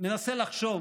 מנסה לחשוב